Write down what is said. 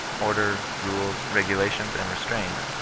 order, rules, regulations and restraints,